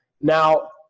Now